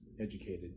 educated